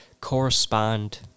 correspond